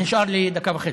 אה, נשארו לי דקה וחצי.